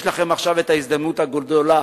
יש לכם עכשיו ההזדמנות הגדולה